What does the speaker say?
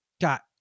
got